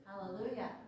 Hallelujah